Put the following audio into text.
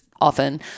often